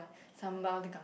sambal kang~